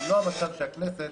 למנוע מצב שהכנסת